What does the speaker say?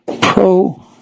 Pro